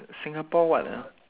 Singapore what ah